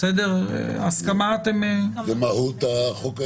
זו מהות חוק ההסדרים.